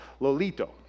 Lolito